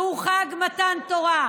שהוא חג מתן תורה,